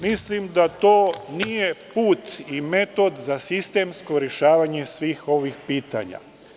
Mislim da to nije put i metod za sistemsko rešavanje svih ovih pitanja.